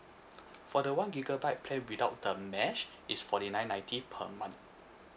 for the one gigabyte plan without the mesh is forty nine ninety per month